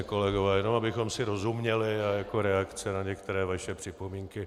Kolegové, jenom abychom si rozuměli a jako reakce na některé vaše připomínky.